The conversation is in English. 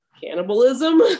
cannibalism